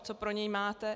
Co pro něj máte?